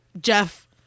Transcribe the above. Jeff